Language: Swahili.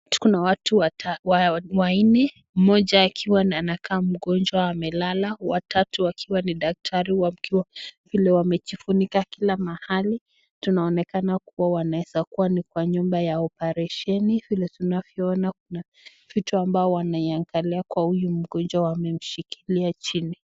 Tuko na watu wanne. Mmoja akiwa anakaa mgonjwa amelala, watatu wakiwa ni daktari wakiwa, vile wamejifunika kila mahali tunaonekana kuwa wanaeza kuwa ni kwa nyumba ya oparesheni. Vile tunavyoona kuna vitu ambao wanaiangalia kwa huyu mgonjwa, wamemshikilia chini.